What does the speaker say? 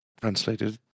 translated